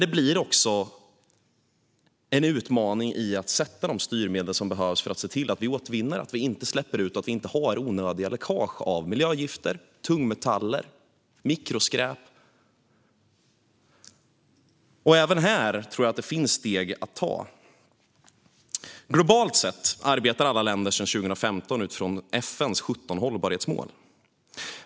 Det blir också en utmaning att sätta in de styrmedel som behövs för att se till att vi återvinner, att vi inte släpper ut och att vi inte har onödiga läckage av miljögifter, tungmetaller eller mikroskräp. Även här tror jag att det finns steg att ta. Globalt sett arbetar alla länder sedan 2015 utifrån FN:s 17 hållbarhetsmål.